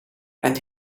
and